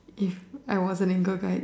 yes I wasn't in girl guide